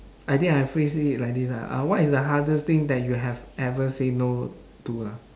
I think I phrase it like this lah uh what is the hardest thing that you have ever say no to lah